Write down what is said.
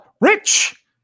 Rich